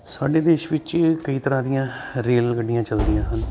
ਸਾਡੇ ਦੇਸ਼ ਵਿੱਚ ਕਈ ਤਰ੍ਹਾਂ ਦੀਆਂ ਰੇਲ ਗੱਡੀਆਂ ਚੱਲਦੀਆਂ ਹਨ